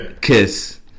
kiss